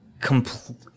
complete